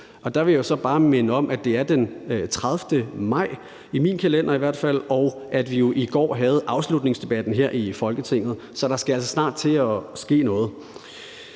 og der vil jeg jo så bare minde om, at det i dag er den 30. maj, i hvert fald i min kalender, og at vi jo i går havde afslutningsdebatten her i Folketinget, så der skal altså snart til at ske noget.